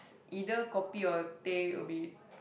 either kopi or teh will be